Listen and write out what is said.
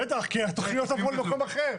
בטח, כי התוכניות עברו למקום אחר.